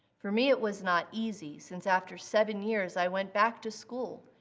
for me it was not easy since after seven years i went back to school,